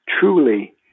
truly